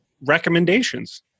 recommendations